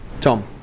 Tom